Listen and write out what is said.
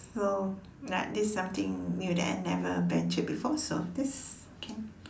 so ya this is something new that I've never ventured before so this can